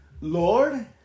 Lord